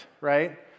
right